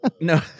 No